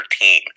team